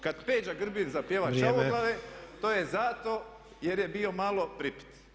Kad Peđa Grbin zapjeva Čavoglave to je zato jer je bio malo pripit.